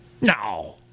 No